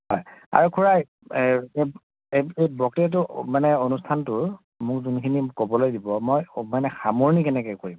হয় আৰু খুৰা এই যে এই বক্তৃতাটো মানে অনুষ্ঠানটো মোক যোনখিনি ক'বলৈ দিব মই মানে সামৰণি কেনেকৈ কৰিম